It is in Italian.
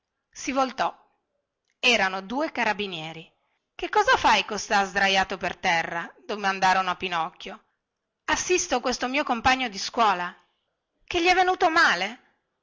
si voltò erano due carabinieri che cosa fai così sdraiato per terra domandarono a pinocchio assisto questo mio compagno di scuola che gli è venuto male